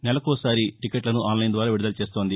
నెలకొకసారి టీక్కెట్లను ఆస్లైన్ ద్వారా విడుదల చేస్తోంది